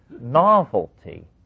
novelty